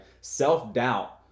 Self-doubt